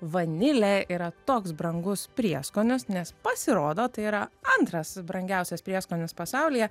vanilė yra toks brangus prieskonis nes pasirodo tai yra antras brangiausias prieskonis pasaulyje